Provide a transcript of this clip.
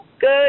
good